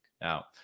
Now